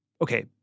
okay